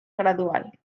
gradual